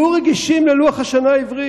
עכשיו אני מסתכל ורואה חוק של עדיפות לאומית.